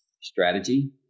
strategy